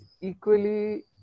equally